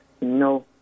no